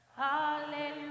Hallelujah